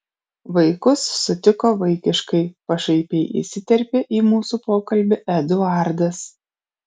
vaikus sutiko vaikiškai pašaipiai įsiterpė į mūsų pokalbį eduardas